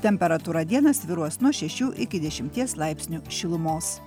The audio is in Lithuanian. temperatūra dieną svyruos nuo šešių iki dešimties laipsnių šilumos